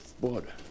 border